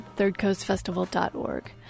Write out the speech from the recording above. thirdcoastfestival.org